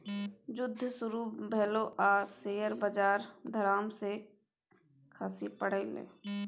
जुद्ध शुरू भेलै आ शेयर बजार धड़ाम सँ खसि पड़लै